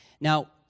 Now